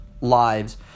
lives